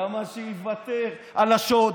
למה שיוותר על השוד?